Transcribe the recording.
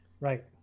Right